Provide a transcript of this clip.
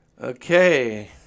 okay